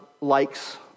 likes